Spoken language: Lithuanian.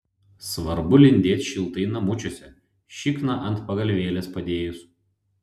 svarbu lindėt šiltai namučiuose šikną ant pagalvėlės padėjus